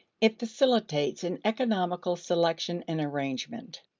it facilitates an economical selection and arrangement.